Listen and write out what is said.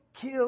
kill